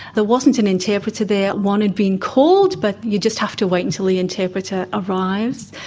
there wasn't an interpreter there. one had been called, but you just have to wait until the interpreter arrives.